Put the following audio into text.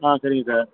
ஆ சரிங்க சார் ஸ்